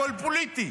הכול פוליטי,